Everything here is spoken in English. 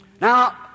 Now